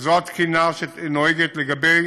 וזו התקינה שנוהגת לגבי